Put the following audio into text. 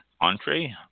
entree